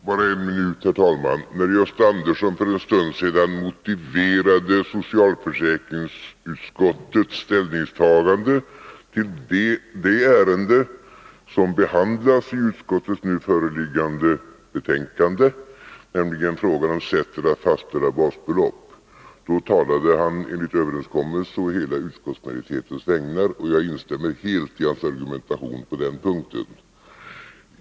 Herr talman! Bara en minut. När Gösta Andersson för en stund sedan motiverade socialförsäkringsutskottets ställningstagande när det gäller det ärende som behandlas i nu föreliggande betänkande — nämligen frågan om sättet att fastställa basbeloppet enligt lagen om allmän försäkring, m.m. — talade han enligt överenskommelse på hela utskottets vägnar. Jag instämmer helt i hans argumentation på den punkten.